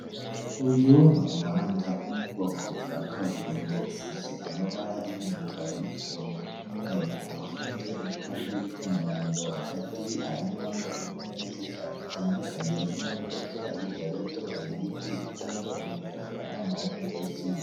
Uyu ni umuhanda wo mu bwoko bwa kaburimbo usize amabara y'umukara n'uturongo tw'umweru ku ruhande n'utundi tw'umuhondo hagati, haranyuramo ibinyabiziga bitandukanye nk'imodoka, hirya gato hari ibiti bitanga umuyaga n'amahumbezi.